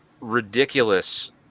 ridiculous